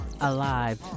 alive